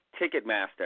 Ticketmaster